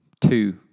Two